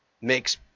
makes